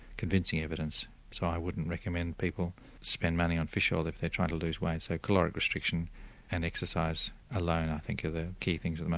convincing evidence so i wouldn't recommend people spend money on fish oil if they're trying to lose weight. so caloric restriction and exercise alone i think are the key things at the